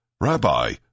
Rabbi